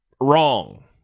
wrong